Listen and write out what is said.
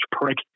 prick